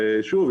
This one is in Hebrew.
ושוב,